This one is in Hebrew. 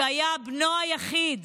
שהיה בנו היחיד